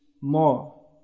more